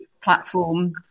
platform